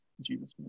Jesus